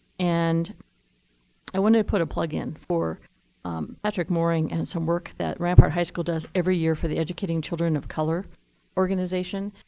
and i wanted to put a plug in for patrick moring and some work that rampart high school does every year for the educating children of color organization.